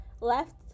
left